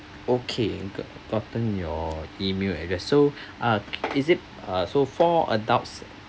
okay got gotten your email address so uh is it uh so four adults